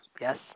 yes